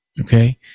Okay